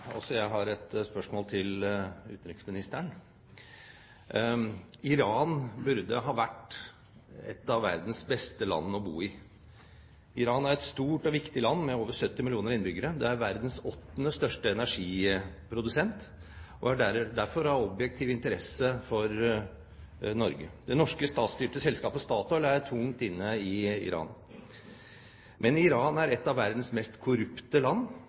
verdens beste land å bo i. Iran er et stort og viktig land, med over 70 millioner innbyggere. Det er verdens åttende største energiprodusent og er derfor av objektiv interesse for Norge. Det norske statsstyrte selskapet Statoil er tungt inne i Iran. Men Iran er et av verdens mest korrupte land,